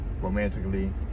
romantically